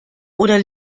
oder